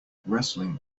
wrestling